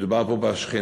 מדובר פה בשכנה